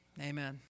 amen